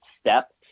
step